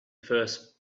first